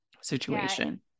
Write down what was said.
situation